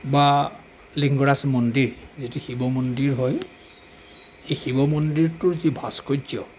বা লিংগৰাজ মন্দিৰ যিটো শিৱ মন্দিৰ হয় এই শিৱ মন্দিৰটোৰ যি ভাস্কৰ্য্য